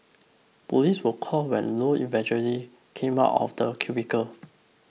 police were called when low eventually came out of the cubicle